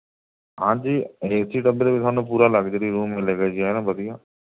ਹਾਂਜੀ ਏਸੀ ਡੱਬੇ ਦੇ ਵਿੱਚ ਤੁਹਾਨੂੰ ਪੂਰਾ ਲਗਜ਼ਰੀ ਰੂਮ ਮਿਲੇਗਾ ਜੀ ਐਨ ਵਧੀਆ